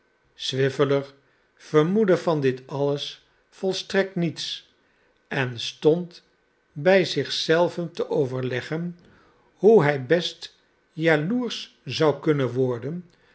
swiveller vermoedde van dit alles volstrekt niets en stond bij zich zelven te overleggen hoe hij best jaloersch zou kunnen worden